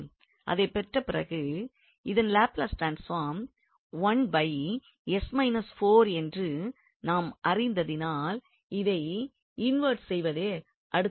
அதை பெற்ற பிறகு இதன் லாப்லஸ் ட்ரான்ஸ்பார்ம் என்று நாம் அறிந்ததினால் இதை இன்வெர்ட் செய்வதே அடுத்ததாகும்